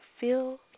Feel